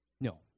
No